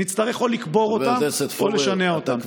נצטרך או לקבור אותם או לשנע אותם.